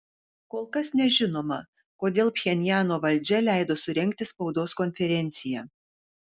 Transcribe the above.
kol kas nežinoma kodėl pchenjano valdžia leido surengti spaudos konferenciją